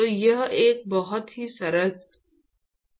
तो यह एक बहुत ही सरल उदाहरण है